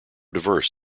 diverse